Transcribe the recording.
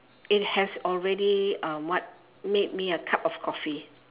it has already um what made me a cup of coffee